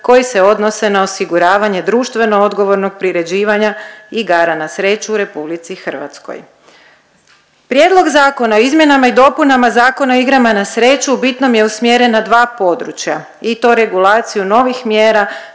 koji se odnose na osiguravanje društveno odgovorenog priređivanja igara na sreću u RH. Prijedlog Zakona o izmjenama i dopuna Zakona o igrama na sreću u bitnom je usmjeren na dva područja i to regulaciju novih mjera